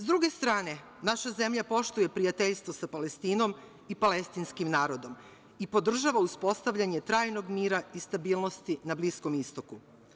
S druge strane, naša zemlja poštuje prijateljstvo sa Palestinom i palestinskim narodom i podržava uspostavljanje trajnog mira i stabilnosti na Bliskom istoku.